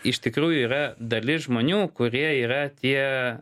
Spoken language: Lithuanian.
iš tikrųjų yra dalis žmonių kurie yra tie